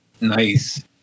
nice